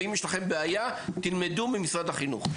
ואם יש לכם בעיה תלמדו ממשרד החינוך.